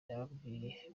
nababwiye